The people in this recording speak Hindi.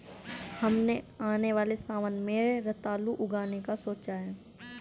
हमने आने वाले सावन में रतालू उगाने का सोचा है